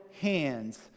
hands